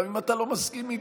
גם אם אתה לא מסכים איתו.